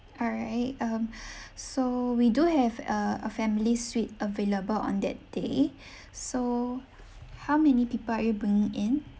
all right um so we do have uh a family suite available on that day so how many people are you bringing in